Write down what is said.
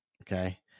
okay